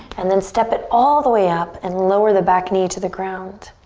and then step it all the way up and lower the back knee to the ground.